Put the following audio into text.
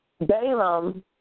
Balaam